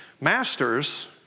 Masters